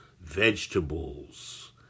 vegetables